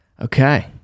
Okay